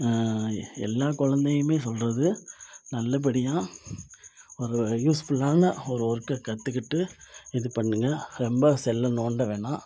எல்லா குழந்தையுமே சொல்லுறது நல்லபடியாக ஒரு யூஸ்ஃபுல்லான ஒரு ஒர்க்கை கற்றுக்கிட்டு இது பண்ணுங்க ரொம்ப செல்லை நோண்ட வேணாம்